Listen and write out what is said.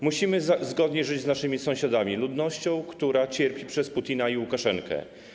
Musimy zgodnie żyć z naszymi sąsiadami: ludnością, która cierpi przez Putina i Łukaszenkę.